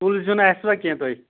کُل زِیُن آسہِ وا کیٚنٛہہ تۄہہِ